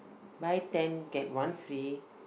buy ten get one free